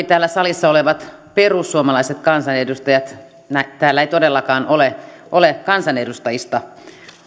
täällä salissa olevat perussuomalaiset kansanedustajat täällä ei todellakaan ole ole kansanedustajista